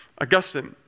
Augustine